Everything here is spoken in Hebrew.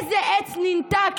איזה עץ ניטע,